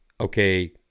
okay